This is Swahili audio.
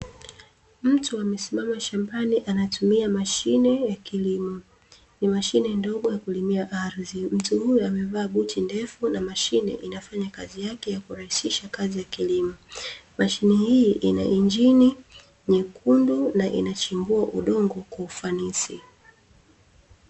Mtu amesimama shambani anatumia mashine ya kilimo. Ni mashine ndogo ya kulimia ardhi. Mtu huyo amevaa buti ndefu na mashine inafanya kazi yake ya kurahisisha kazi ya kilimo. Mashine hii ina injini nyekundu na inachimbua udongo kwa ufanisi.